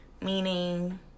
Meaning